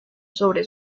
sobre